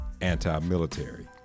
anti-military